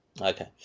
Okay